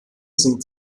singt